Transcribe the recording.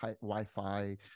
wi-fi